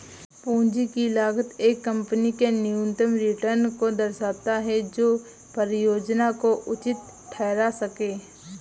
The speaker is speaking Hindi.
पूंजी की लागत एक कंपनी के न्यूनतम रिटर्न को दर्शाता है जो परियोजना को उचित ठहरा सकें